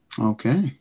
Okay